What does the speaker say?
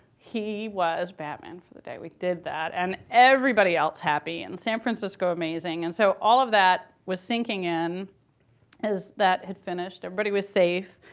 he was batman for the day. we did that. and everybody else happy, and san francisco amazing. and so all of that was sinking in as that had finished. everybody was safe.